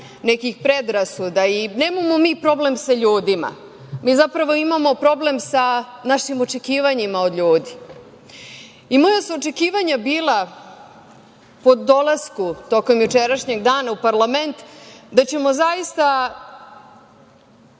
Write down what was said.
nekih predrasuda. Nemamo mi problem sa ljudima, mi zapravo imamo problem sa našim očekivanjima od ljudi. Moja su očekivanja bila po dolasku tokom jučerašnjeg dana u parlamenta da ćemo zaista